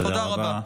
תודה רבה.